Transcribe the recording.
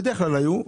בדרך כלל היו.